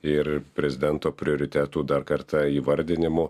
ir prezidento prioritetų dar kartą įvardinimu